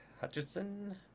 Hutchinson